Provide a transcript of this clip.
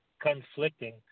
conflicting